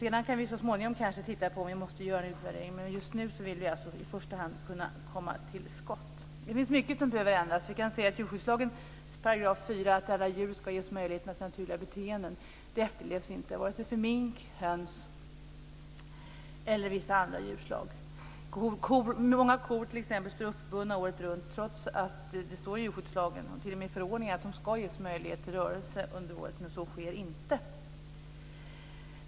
Sedan kan vi så småningom titta på om det måste göras en utvärdering, men just nu vill vi alltså i första hand kunna komma till skott. Det är mycket som behöver ändras. Vi kan se att 4 § djurskyddslagen om att alla djur ska ges möjlighet att ha naturliga beteenden inte efterlevs vare sig för mink, höns eller vissa andra djurslag. Många kor står t.ex. uppbundna året runt trots att det står i djurskyddslagen, t.o.m. i förordningen, att de ska ges möjlighet till rörelse under året. Så sker inte.